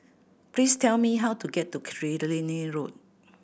please tell me how to get to Killiney Road